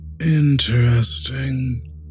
Interesting